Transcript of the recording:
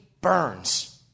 burns